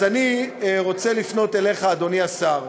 אז אני רוצה לפנות אליך, אדוני השר,